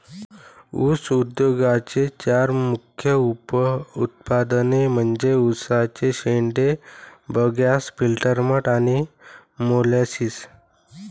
ऊस उद्योगाचे चार मुख्य उप उत्पादने म्हणजे उसाचे शेंडे, बगॅस, फिल्टर मड आणि मोलॅसिस